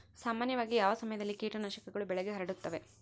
ಸಾಮಾನ್ಯವಾಗಿ ಯಾವ ಸಮಯದಲ್ಲಿ ಕೇಟನಾಶಕಗಳು ಬೆಳೆಗೆ ಹರಡುತ್ತವೆ?